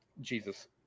Jesus